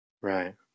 Right